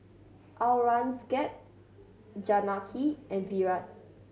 Aurangzeb Janaki and Virat